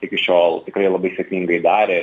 iki šiol tikrai labai sėkmingai darė